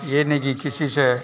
यह नहीं जी किसी से